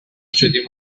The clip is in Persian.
شدیم